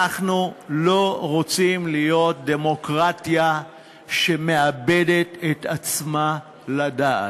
אנחנו לא רוצים להיות דמוקרטיה שמאבדת את עצמה לדעת.